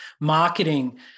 marketing